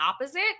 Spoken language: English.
opposite